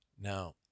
now